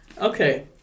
Okay